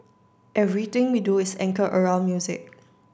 everything we do is anchor around music